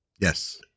Yes